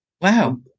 Wow